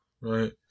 Right